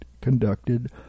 conducted